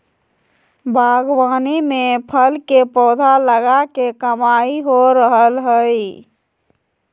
बागवानी में फल के पौधा लगा के कमाई हो रहल हई